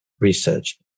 research